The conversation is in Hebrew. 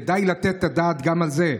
כדאי לתת את הדעת גם על זה,